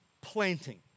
planting